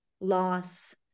loss